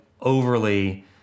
overly